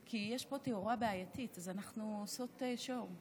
כי יש פה תאורה בעייתית, אז אנחנו עושות שואו.